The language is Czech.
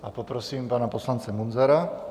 A poprosím pana poslance Munzara.